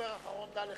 כדובר האחרון, דע לך,